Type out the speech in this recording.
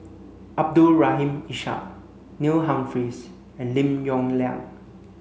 Abdul Rahim Ishak Neil Humphreys and Lim Yong Liang